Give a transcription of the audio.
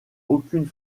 aucune